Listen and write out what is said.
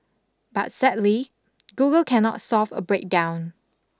but sadly Google cannot solve a breakdown